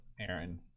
Aaron